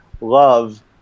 love